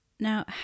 Now